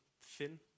thin